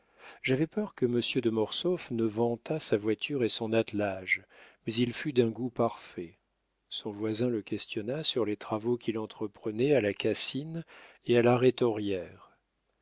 j'avais peur que monsieur de mortsauf ne vantât sa voiture et son attelage mais il fut d'un goût parfait son voisin le questionna sur les travaux qu'il entreprenait à la cassine et à la